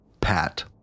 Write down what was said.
Pat